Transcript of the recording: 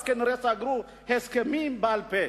אז כנראה סגרו הסכמים בעל-פה.